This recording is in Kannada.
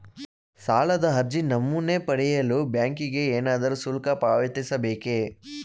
ಸಾಲದ ಅರ್ಜಿ ನಮೂನೆ ಪಡೆಯಲು ಬ್ಯಾಂಕಿಗೆ ಏನಾದರೂ ಶುಲ್ಕ ಪಾವತಿಸಬೇಕೇ?